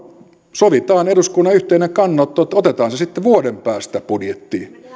sovitaan eduskunnan yhteinen kannanotto että otetaan se sitten vuoden päästä budjettiin